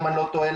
אם אני לא טועה,